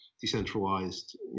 decentralized